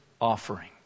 offering